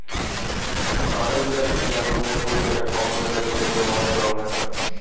বাগানবিলাস হচ্ছে এক রকমের ফুল যেটা কম জলে ফোটে এবং অনেক রঙের হয়